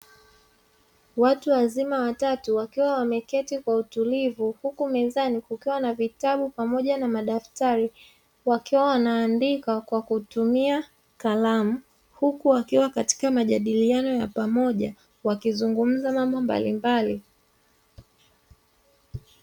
Watu wazima watatu wakiwa wameketi kwa utulivu, huku mezani kukiwa na vitabu pamoja na madaftari, wakiwa wanaandika kwa kutumia kalamu, huku wakiwa katika majadiliano ya pamoja wakizungumza mambo mbalimbali.